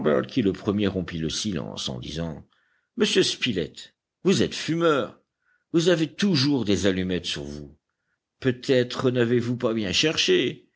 le premier rompit le silence en disant monsieur spilett vous êtes fumeur vous avez toujours des allumettes sur vous peut-être n'avez-vous pas bien cherché